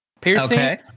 Piercing